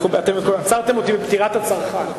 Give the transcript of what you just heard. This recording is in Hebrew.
אתם עצרתם אותי בפטירת הצרכן.